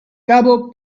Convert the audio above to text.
cabo